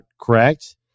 correct